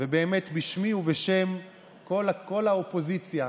באמת בשמי ובשם כל האופוזיציה,